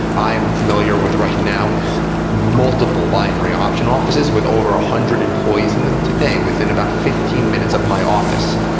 i am familiar with right and now multiple binary options offices with over a hundred employees in them today within about fifteen minutes of my office,